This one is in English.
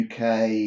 uk